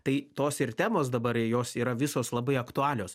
tai tos ir temos dabar jos yra visos labai aktualios